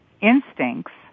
instincts